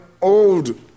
old